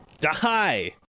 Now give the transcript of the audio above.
die